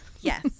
Yes